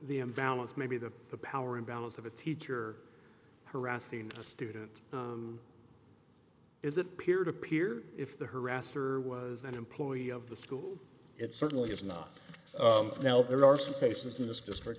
the imbalance maybe to the power imbalance of a teacher harassing a student is that peer to peer if the harasser was an employee of the school it certainly is not now there are some patients in this district